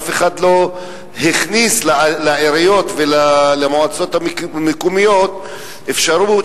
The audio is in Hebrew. אף אחד לא הכניס לעיריות ולמועצות המקומיות אפשרות